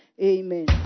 Amen